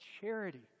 charity